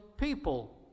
people